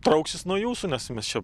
trauksis nuo jūsų nes mes čia